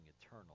eternal